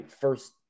first